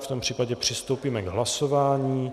V tom případě přistoupíme k hlasování.